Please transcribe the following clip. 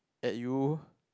at you